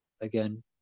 again